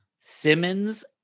simmons